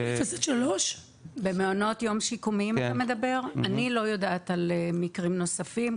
אני לא יודעת על מקרים נוספים.